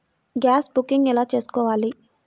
Gas booking ఎలా చేసుకోవాలి?